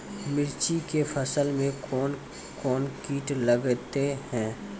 मिर्ची के फसल मे कौन कौन कीट लगते हैं?